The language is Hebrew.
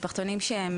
משפחתונים שהם